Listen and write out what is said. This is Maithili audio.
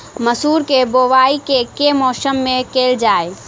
मसूर केँ बोवाई केँ के मास मे कैल जाए?